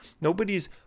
Nobody's